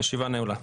הישיבה נעולה.